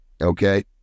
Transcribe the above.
okay